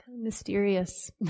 mysterious